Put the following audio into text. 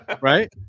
Right